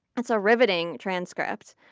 and so riveting transcript,